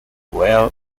well